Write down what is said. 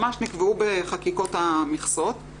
ממש נקבעו בחקיקה המכסות.